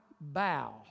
bow